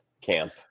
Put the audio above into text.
camp